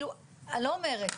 אני לא אומרת,